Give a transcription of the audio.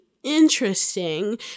interesting